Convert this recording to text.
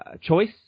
choice